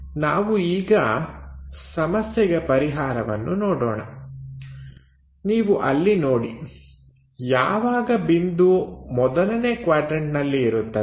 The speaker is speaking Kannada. ನಾವು ಈಗ ಸಮಸ್ಯೆಗೆ ಪರಿಹಾರವನ್ನು ನೋಡೋಣ ನೀವು ಅಲ್ಲಿ ನೋಡಿ ಯಾವಾಗ ಬಿಂದು ಮೊದಲನೇ ಕ್ವಾಡ್ರನ್ಟನಲ್ಲಿ ಇರುತ್ತದೆ